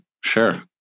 sure